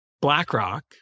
BlackRock